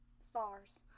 stars